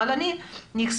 אבל אני נחשפת,